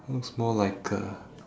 looks more like a